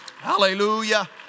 Hallelujah